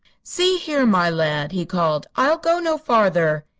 see here, my lad, he called i'll go no farther.